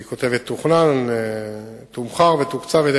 בבקשה.